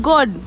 God